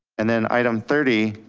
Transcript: and then item thirty,